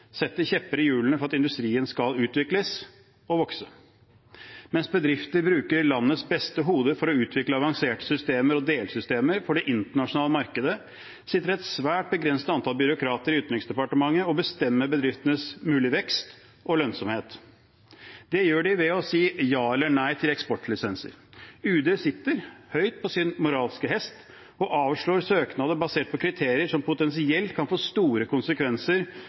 kjepper i hjulene for at industrien skal utvikles og vokse. Mens bedrifter brukes landets beste hoder til å utvikle avanserte systemer og delsystemer for det internasjonale markedet, sitter et svært begrenset antall byråkrater i Utenriksdepartementet og bestemmer bedriftenes mulige vekst og lønnsomhet. Det gjør de ved å si ja eller nei til eksportlisenser. UD sitter – høyt på sin moralske hest – og avslår søknader basert på kriterier som potensielt kan få store konsekvenser